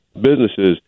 businesses